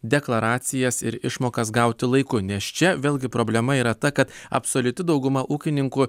deklaracijas ir išmokas gauti laiku nes čia vėlgi problema yra ta kad absoliuti dauguma ūkininkų